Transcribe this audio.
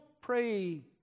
pray